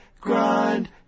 grind